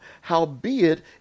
howbeit